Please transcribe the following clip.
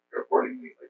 accordingly